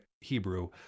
Hebrew